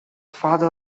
father